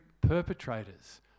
perpetrators